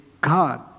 God